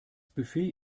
buffet